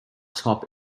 top